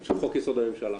של חוק-יסוד: הממשלה,